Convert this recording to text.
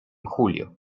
julio